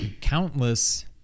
countless